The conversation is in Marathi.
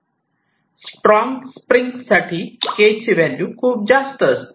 स्ट्रॉंग स्प्रिंग साठी के ची व्हॅल्यू खूप जास्त असते